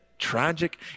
tragic